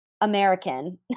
American